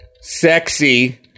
sexy